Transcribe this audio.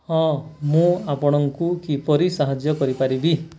ହଁ ମୁଁ ଆପଣଙ୍କୁ କିପରି ସାହାଯ୍ୟ କରିପାରିବି